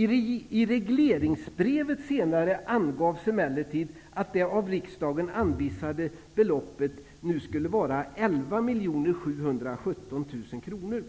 I regleringsbrevet angavs emellertid det av riksdagen anvisade beloppet till 11 717 000 kronor.